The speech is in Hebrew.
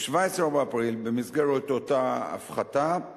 ב-17 באפריל, במסגרת אותה הפחתה,